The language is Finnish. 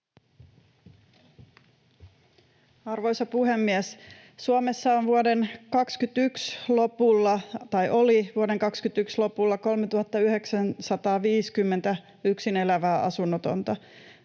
Arvoisa puhemies! Suomessa oli vuoden 2021 lopulla 3 950 yksin elävää asunnotonta.